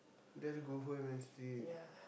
just go home and sleep